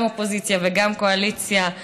גם אופוזיציה וגם קואליציה,